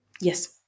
Yes